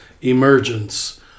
emergence